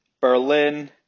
Berlin